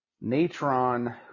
Natron